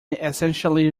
essentially